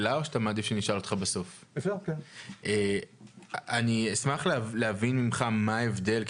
אני אשמח להבין ממך מה ההבדל,